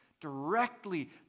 directly